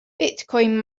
bitcoin